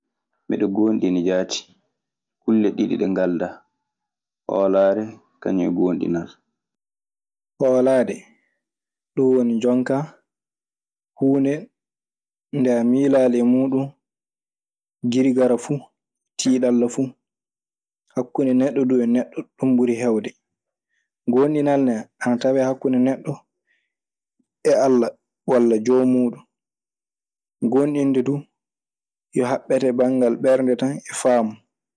Miɗe goonɗini jaati, kulle ɗiɗi ɗe ngalɗaa: holaare kañun e goonɗinal. Hoolaade ɗum woni jonkaa huunde nde a miilaali e muuɗum girigara fuu, tiiɗalla fuu. Hakkunde neɗɗo duu e neɗɗo dum ɓuri hewde. Gooɗinal ana tawee hakkunde neɗɗo e Alla walla joon muuɗum. Gooɗinde duu yo haɓɓete banngal ɓernde tan e faamu.